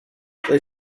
they